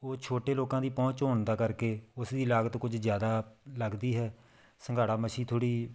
ਉਹ ਛੋਟੇ ਲੋਕਾਂ ਦੀ ਪਹੁੰਚ ਹੋਣ ਦਾ ਕਰਕੇ ਉਸਦੀ ਲਾਗਤ ਕੁਝ ਜ਼ਿਆਦਾ ਲੱਗਦੀ ਹੈ ਸੰਘਾੜਾ ਮੱਛੀ ਥੋੜ੍ਹੀ